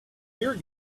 your